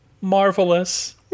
marvelous